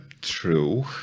True